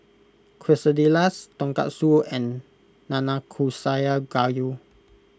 Quesadillas Tonkatsu and Nanakusa Gayu